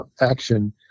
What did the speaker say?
action